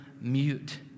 mute